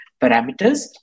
parameters